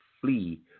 Flee